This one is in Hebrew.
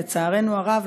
לצערנו הרב,